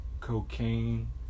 cocaine